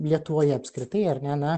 lietuvoje apskritai ar ne na